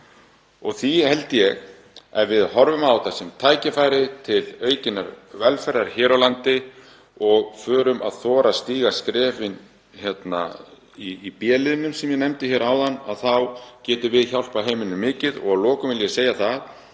Því held ég að ef við horfum á þetta sem tækifæri til aukinnar velferðar hér á landi og förum að þora að stíga skrefin í B-liðnum sem ég nefndi hér áðan þá getum við hjálpað heiminum mikið. Að lokum vil ég segja það